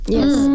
Yes